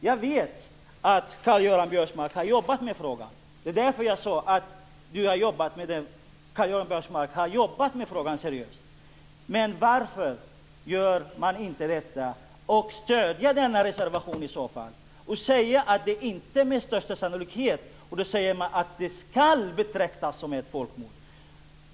Jag vet att Karl Göran Biörsmark har jobbat med frågan. Det var därför jag sade att Karl-Göran Biörsmark har jobbat seriöst med frågan. Varför stöder man i så fall inte denna reservation? Då skulle man inte säga "med största sannolikhet" utan att det "skall" betraktas folkmord.